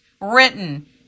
written